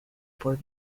por